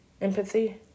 empathy